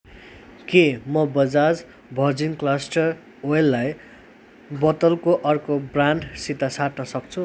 के म Bajaj virgin castor ओइललाई बोतलको अर्को ब्रान्डसित साट्न सक्छु